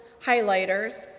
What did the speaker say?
highlighters